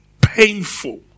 painful